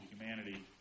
humanity